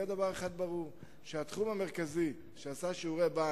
דבר אחד יהיה ברור: התחום המרכזי שעשה שיעורי-בית